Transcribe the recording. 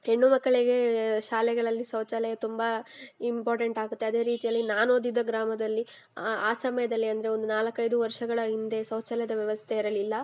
ಹೆಣ್ಣು ಮಕ್ಕಳಿಗೆ ಶಾಲೆಗಳಲ್ಲಿ ಶೌಚಾಲಯ ತುಂಬ ಇಂಪಾರ್ಟೆಂಟಾಗುತ್ತೆ ಅದೇ ರೀತಿಯಲ್ಲಿ ನಾನು ಓದಿದ ಗ್ರಾಮದಲ್ಲಿ ಆ ಸಮಯದಲ್ಲಿ ಅಂದರೆ ಒಂದು ನಾಲ್ಕೈದು ವರ್ಷಗಳ ಹಿಂದೆ ಶೌಚಾಲಯದ ವ್ಯವಸ್ಥೆ ಇರಲಿಲ್ಲ